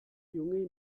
junge